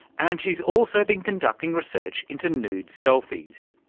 and she's also been conducting research into nude selfies.